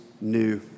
new